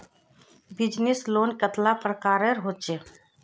Business loan कतेला प्रकारेर होचे?